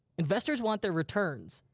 investors want their returns.